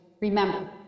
Remember